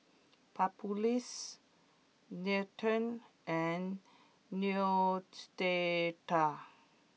Papulex Nutren and Neostrata